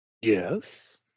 Yes